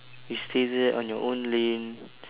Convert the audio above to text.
you stay there on your own lane